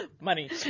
Money